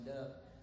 up